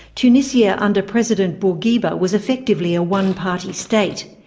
tunisia under president bourguiba was effectively a one-party state.